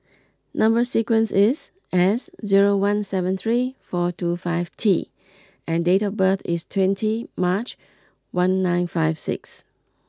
number sequence is S zero one seven three four two five T and date of birth is twenty March one nine five six